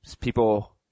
People